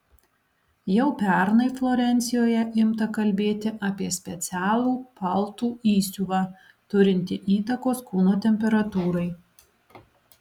jau pernai florencijoje imta kalbėti apie specialų paltų įsiuvą turintį įtakos kūno temperatūrai